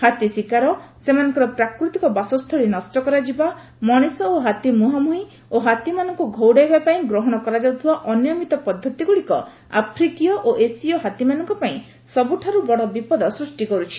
ହାତୀ ଶିକାର ସେମାନଙ୍କର ପ୍ରାକୃତିକ ବାସସ୍ଥଳି ନଷ୍ଟ କରାଯିବା ମଣିଷ ଓ ହାତୀ ମୁହାଁମୁହିଁ ଓ ହାତୀମାନଙ୍କୁ ଘଉଡ଼ାଇବା ପାଇଁ ଗ୍ରହଣ କରାଯାଉଥିବା ଅନିୟମିତ ପଦ୍ଧତିଗୁଡ଼ିକ ଆଫ୍ରିକୀୟ ଓ ଏସୀୟ ହାତୀମାନଙ୍କ ପାଇଁ ସବୁଠୁ ବଡ଼ ବିପଦ ସୃଷ୍ଟି କରୁଛି